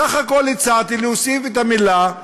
בסך הכול הצעתי להוסיף את המילה "ומסגדים".